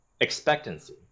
expectancy